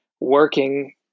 working